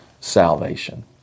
salvation